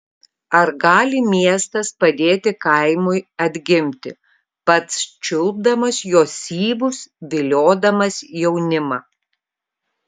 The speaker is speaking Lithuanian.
ar gali miestas padėti kaimui atgimti pats čiulpdamas jo syvus viliodamas jaunimą